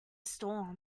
storm